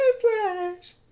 Flash